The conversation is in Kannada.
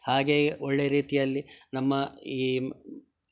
ಹಾಗೆಯೆ ಒಳ್ಳೆ ರೀತಿಯಲ್ಲಿ ನಮ್ಮ ಈ